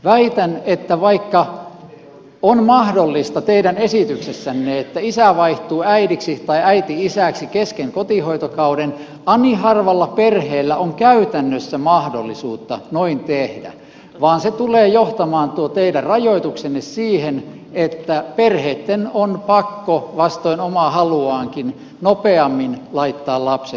väitän että vaikka on mahdollista teidän esityksessänne että isä vaihtuu äidiksi tai äiti isäksi kesken kotihoitokauden ani harvalla perheellä on käytännössä mahdollisuutta noin tehdä vaan tuo teidän rajoituksenne tulee johtamaan siihen että perheitten on pakko vastoin omaa haluaankin nopeammin laittaa lapset päivähoitoon